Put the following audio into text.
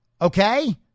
Okay